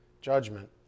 judgment